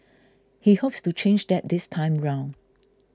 he hopes to change that this time round